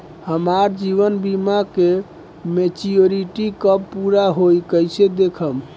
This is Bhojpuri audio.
हमार जीवन बीमा के मेचीयोरिटी कब पूरा होई कईसे देखम्?